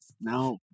No